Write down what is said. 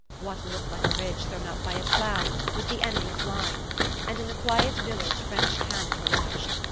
what looked like a ridge thrown up by a plough was the enemy's line and in the quiet village french cannon watched.